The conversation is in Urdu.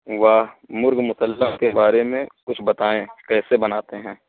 واہ مرغ مسلم کے بارے میں کچھ بتائیں کیسے بناتے ہیں